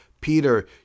Peter